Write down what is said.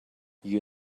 you